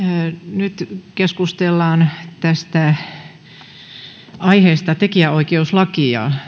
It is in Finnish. nyt keskustellaan aiheesta tekijänoikeuslaki ja